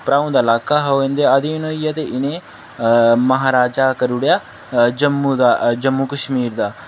भ्राऊ दा लाका हा ओह् इं'दे अधीन होइया ते इ'नें ई म्हाराजा करी ओड़ेआ जम्मू दा जम्मू कश्मीर दा